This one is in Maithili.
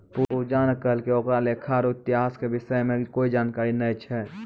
पूजा ने कहलकै ओकरा लेखा रो इतिहास के विषय म कोई जानकारी नय छै